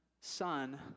son